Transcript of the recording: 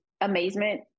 amazement